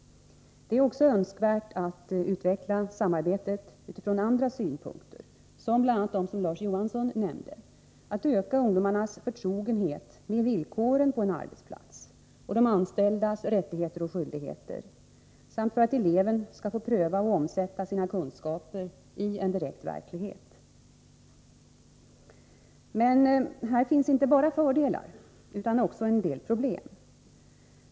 Det är också önskvärt att utveckla samarbetet utifrån andra synpunkter — bl.a. de som Larz Johansson nämnde — för att öka ungdomarnas förtrogenhet med villkoren på en arbetsplats och de anställdas rättigheter och skyldigheter samt för att eleverna skall få pröva att omsätta sina kunskaper i en direkt verklighet. Men här finns inte bara fördelar utan också en del problem.